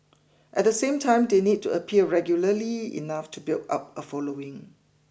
at the same time they need to appear regularly enough to build up a following